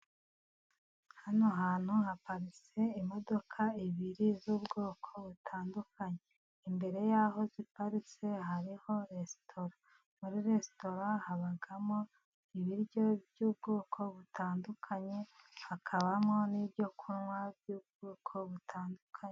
Hano hantu haparitse imodoka ibiri z'ubwoko butandukanye, imbere yaho ziparitse hariho resitora, muri resitatora habamo ibiryo by'ubwoko butandukanye, hakabamo n'ibyokunywa by'ubwoko butandukanye.